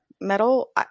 metal